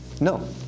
no